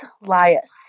Lias